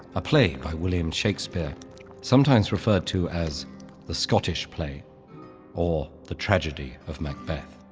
a play by william shakespeare sometimes referred to as the scottish play or the tragedy of macbeth.